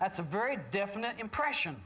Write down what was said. that's a very definite impression